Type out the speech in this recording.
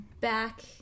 back